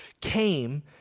came